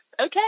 okay